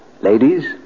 Ladies